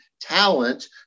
talent